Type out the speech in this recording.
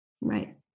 Right